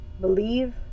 Believe